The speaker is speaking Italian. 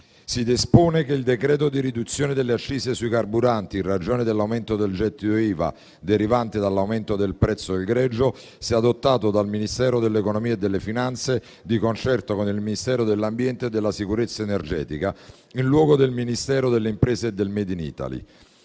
si dispone che il decreto di riduzione delle accise sui carburanti in ragione dell'aumento del gettito IVA derivante dall'aumento del prezzo del greggio sia adottato dal Ministero dell'economia e delle finanze, di concerto con il Ministero dell'ambiente e della sicurezza energetica, in luogo del Ministero delle imprese e del *made in Italy.*